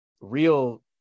real